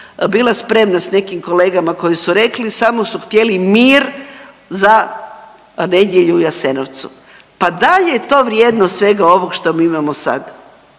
bila spremna sa nekim kolegama koji su rekli, samo su htjeli mir za nedjelju u Jasenovcu. Pa da li je to vrijedno svega ovog što mi imamo sad?